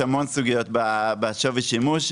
יש המון סוגיות בשווי שימוש,